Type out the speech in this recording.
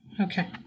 okay